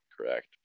correct